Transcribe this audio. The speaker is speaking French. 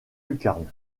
lucarnes